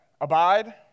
Abide